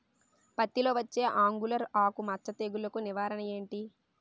పత్తి లో వచ్చే ఆంగులర్ ఆకు మచ్చ తెగులు కు నివారణ ఎంటి?